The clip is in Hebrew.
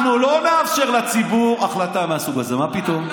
אנחנו לא נאפשר לציבור החלטה מהסוג הזה, מה פתאום?